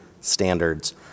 standards